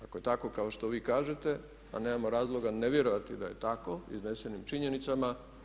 Ako je tako kao što vi kažete, a nemamo razloga ne vjerovati da je tako iznesenim činjenicama.